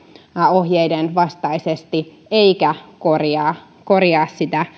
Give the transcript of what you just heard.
ohjeiden vastaisesti eikä korjaa korjaa